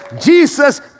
Jesus